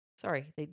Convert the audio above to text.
sorry